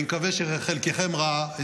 אני מקווה שחלקכם ראו,